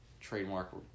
trademark